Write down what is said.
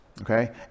Okay